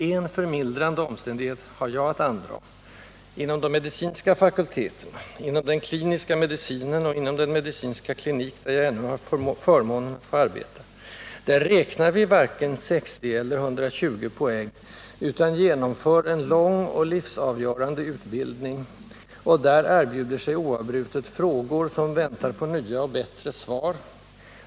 En förmildrande omständighet har jag att andraga: Inom de medicinska fakulteterna, inom den kliniska medicinen och inom den medicinska klinik där jag ännu har förmånen att få arbeta räknar vi varken 60 eller 120 poäng utan genomför en lång och livsavgörande utbildning, och där erbjuder sig oavbrutet frågor som väntar på nya och bättre svar.